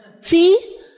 See